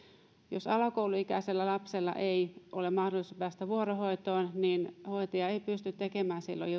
jos alakouluikäisellä lapsella ei ole mahdollisuus päästä vuorohoitoon niin hoitaja ei pysty tekemään silloin